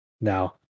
now